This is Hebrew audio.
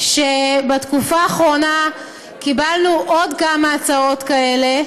שבתקופה האחרונה קיבלנו עוד כמה הצעות כאלה.